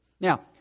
Now